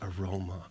aroma